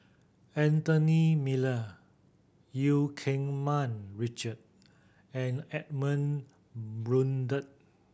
Anthony Miller Eu Keng Mun Richard and Edmund Blundell